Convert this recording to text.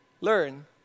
Learn